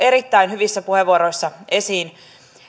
erittäin hyvissä puheenvuoroissa esiin